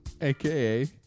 aka